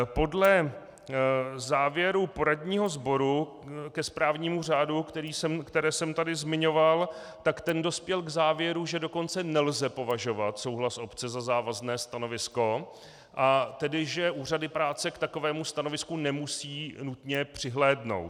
Podle závěrů poradního sboru ke správnímu řádu, které jsem tady zmiňoval, tak ten dospěl k závěru, že dokonce nelze považovat souhlas obce za závazné stanovisko, a tedy že úřady práce k takovému stanovisku nemusí nutně přihlédnout.